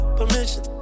permission